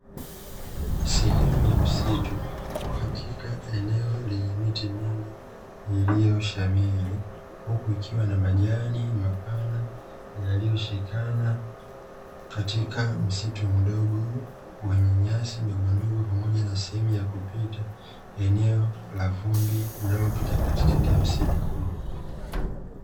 Sehemu ya msitu katika eneo lenye miti mingi iliyoshamiri, huku ikiwa na majani mapana yaliyoshikana katika msitu mdogo wenye nyasi ndogondogo pamoja na sehemu ya kupita; eneo la vumbi linalopita katikati ya msitu huu.